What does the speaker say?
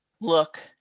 look